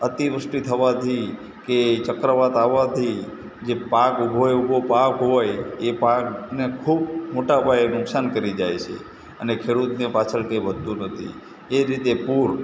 અતિવૃષ્ટિ થવાથી કે ચક્રવાત આવવાથી જે પાક ઊભો એ ઊભો પાક હોય એ પાકને ખૂબ મોટા પાયે નુકસાન કરી જાય છે અને ખેડૂતને પાછળ કંઈ વધતું નથી એ રીતે પૂર